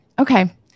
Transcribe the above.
Okay